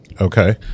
Okay